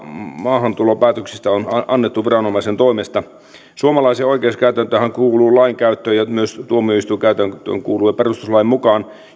maahantulopäätöksistä on annettu viranomaisen toimesta suomalaiseen oikeuskäytäntöönhän kuuluu lainkäyttö ja myös tuomioistuinkäytäntöön kuuluu jo perustuslain mukaan